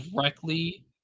directly